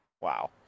Wow